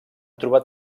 trobat